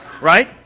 Right